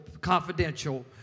confidential